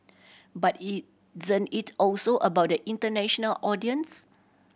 but isn't it also about the international audience